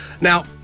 now